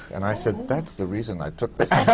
and i said, that's the reason i took this